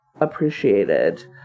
appreciated